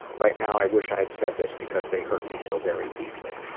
right now, i wish i had said this because they hurt me so very deeply.